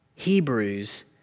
Hebrews